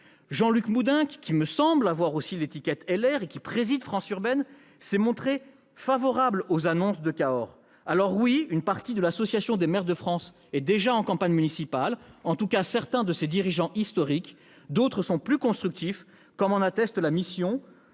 Jean-Luc Moudenc, qui me semble avoir l'étiquette Les Républicains et qui préside France Urbaine, s'est montré favorable aux annonces de Cahors. Alors oui, une partie de l'Association des maires de France est déjà en campagne municipale, en tout cas certains de ses dirigeants historiques. D'autres sont plus constructifs, comme en atteste la mission